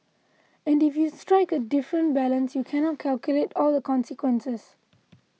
and if you strike a different balance you cannot calculate all the consequences